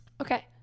Okay